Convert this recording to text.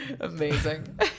Amazing